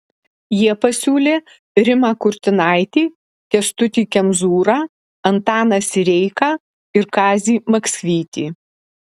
jie pasiūlė rimą kurtinaitį kęstutį kemzūrą antaną sireiką ir kazį maksvytį